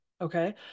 Okay